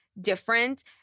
different